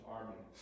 Army